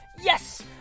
Yes